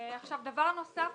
דבר נוסף